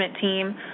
team